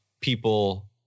people